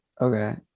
Okay